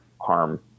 harm